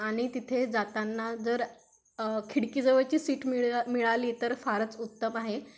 आणि तिथे जातांना जर खिडकीजवळची सीट मिळ मिळाली तर फारच उत्तम आहे